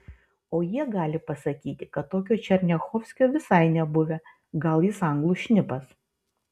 o jie gali pasakyti kad tokio černiachovskio visai nebuvę gal jis anglų šnipas